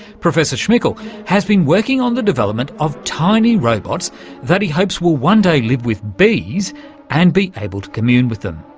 professor schmickl has been working on the development of tiny robots that he hopes will one day live with bees and be able to commune with them.